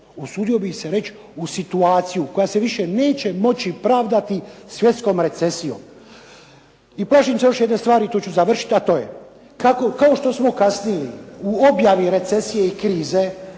usudio bih se reći u situaciju koja se više neće moći pravdati svjetskom recesijom. I plašim se još jedne stvari, i tu ću završiti, a to je kao što smo kasnili u objavi recesije i krize